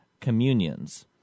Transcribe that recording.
communions